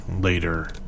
later